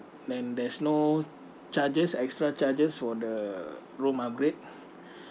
and there's no charges extra charges for the room upgrade